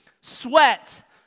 sweat